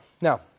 now